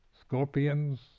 scorpions